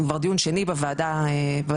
כבר דיון שני בוועדת כספים,